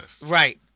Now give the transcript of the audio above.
Right